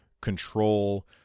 control